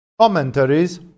commentaries